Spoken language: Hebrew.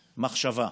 מחשבה.